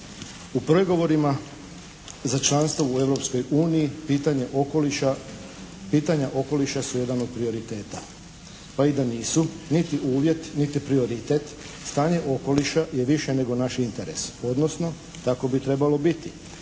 pitanje okoliša, pitanja okoliša su jedan od prioriteta. Pa i da nisu niti uvjet niti prioritet stanje okoliša je više nego naš interes, odnosno tako bi trebalo biti.